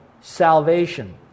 salvation